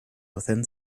within